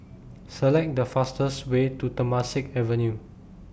Select The fastest Way to Temasek Avenue